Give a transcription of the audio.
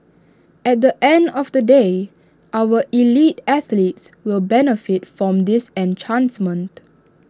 at the end of the day our elite athletes will benefit from this enhancement